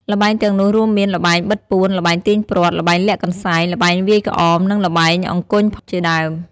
ល្បែងទាំងនោះរួមមាន ល្បែងបិទពួន ល្បែងទាញព្រ័ត្រ ល្បែងលាក់កន្សែង ល្បែងវាយក្អម និងល្បែងអង្គញ់ជាដើម។